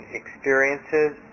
experiences